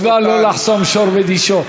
יש מצווה לא לחסום שור בדישו.